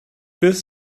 beth